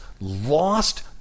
lost